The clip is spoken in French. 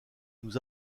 nous